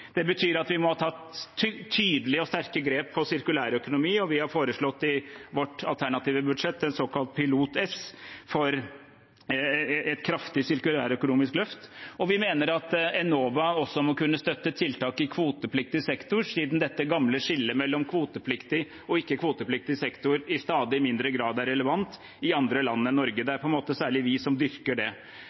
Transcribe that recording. Det betyr at vi må ta tydelige og sterke grep på sirkulærøkonomi, og vi har foreslått i vårt alternative budsjett en såkalt Pilot-S for et kraftig sirkulærøkonomisk løft. Vi mener at Enova også må kunne støtte tiltak i kvotepliktig sektor, siden dette gamle skillet mellom kvotepliktig og ikke-kvotepliktig sektor i stadig mindre grad er relevant i andre land enn Norge – det er på en måte særlig vi som dyrker det.